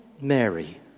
Mary